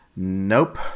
Nope